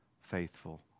faithful